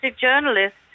journalist